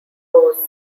rose